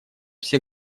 все